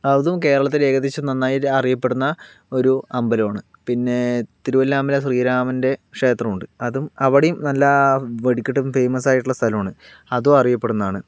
അതും കേരളത്തിലേകദേശം നന്നായി അറിയപ്പെടുന്ന ഒരു അമ്പലമാണ് പിന്നെ തിരുവല്ലാമല ശ്രീരാമൻറ്റെ ക്ഷേത്രം ഉണ്ട് അതും അവിടെയും നല്ല വെടികെട്ടോക്കെ ഫെയ്മസ് ആയിട്ടുള്ള സ്ഥലമാണ് അതും അറിയപ്പെടുന്നതാണ്